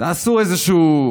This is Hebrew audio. תעשו איזשהו,